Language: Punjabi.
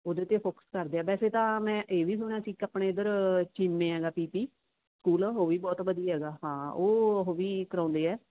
ਉਹਦੇ 'ਤੇ ਫੋਕਸ ਕਰਦੇ ਆ ਵੈਸੇ ਤਾਂ ਮੈਂ ਇਹ ਵੀ ਸੁਣਿਆ ਸੀ ਇੱਕ ਆਪਣੇ ਇੱਧਰ ਚੀਮਿਆਂ ਦਾ ਪੀਪੀ ਸਕੂਲ ਆ ਉਹ ਵੀ ਬਹੁਤ ਵਧੀਆ ਹੈਗਾ ਹਾਂ ਉਹ ਵੀ ਕਰਾਉਂਦੇ ਹੈ